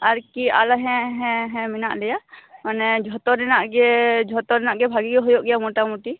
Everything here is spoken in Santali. ᱟᱨᱠᱤ ᱟᱨᱚ ᱦᱮᱸ ᱦᱮᱸ ᱦᱮᱸ ᱢᱮᱱᱟᱜ ᱞᱮᱭᱟ ᱢᱟᱱᱮ ᱡᱚᱛᱚ ᱨᱮᱱᱟᱜ ᱜᱮ ᱡᱚᱛᱚ ᱨᱮᱱᱟᱜ ᱜᱮ ᱵᱷᱟᱜᱤ ᱜᱮ ᱦᱩᱭᱩᱜ ᱜᱮᱭᱟ ᱢᱳᱴᱟ ᱢᱩᱴᱤ